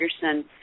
Peterson